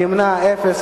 נמנעים, אפס.